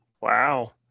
Wow